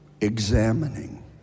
examining